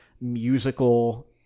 musical